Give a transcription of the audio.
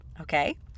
Okay